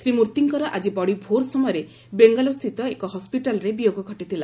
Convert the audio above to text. ଶ୍ରୀ ମୂର୍ତ୍ତିଙ୍କର ଆଳି ବଡି ଭୋର୍ ସମୟରେ ବେଙ୍ଗାଲୁରୁ ସ୍ଥିତ ଏକ ହସ୍ୱିଟାଲରେ ବିୟୋଗ ଘଟିଥିଲା